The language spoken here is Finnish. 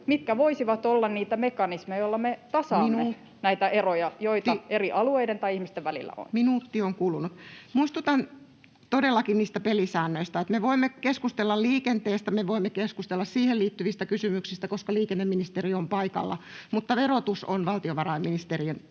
mitkä voisivat olla niitä mekanismeja, joilla me tasaamme [Puhemies: Minuutti on kulunut!] näitä eroja, joita eri alueiden tai ihmisten välillä on. Muistutan todellakin niistä pelisäännöistä. Me voimme keskustella liikenteestä, me voimme keskustella siihen liittyvistä kysymyksistä, koska liikenneministeri on paikalla, mutta verotus on valtiovarainministeriön